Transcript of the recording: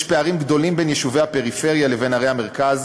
יש פערים גדולים בין יישובי הפריפריה לבין ערי המרכז